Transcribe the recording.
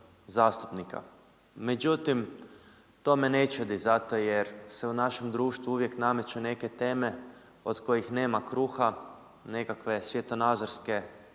Međutim, to me ne čudi zato jer se u našem društvu uvijek nameću neke teme od kojih nema kruha, nekakve svjetonazorske teme